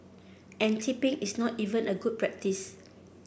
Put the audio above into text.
and tipping is not even a good practice